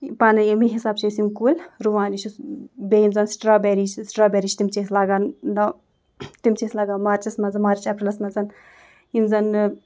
یہِ پانَے أمی حسابہٕ چھِ أسۍ یِم کُلۍ رُوان یہِ چھِس بیٚیہِ یِم زَن سِٹرٛابٔری چھِ سِٹرٛابٔری چھِ تِم چھِ أسۍ لاگان تِم چھِ أسۍ لاگان مارچَس منٛز مارچ اپریلَس منٛز یِم زَنہٕ